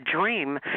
dream